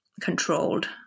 controlled